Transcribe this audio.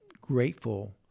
grateful